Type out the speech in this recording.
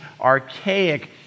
archaic